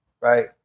Right